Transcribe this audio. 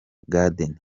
garden